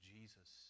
Jesus